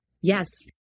Yes